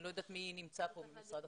אני לא יודעת מי נמצא פה ממשרד החוץ.